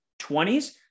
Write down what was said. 20s